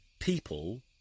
People